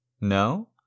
No